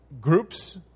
groups